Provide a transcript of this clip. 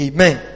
Amen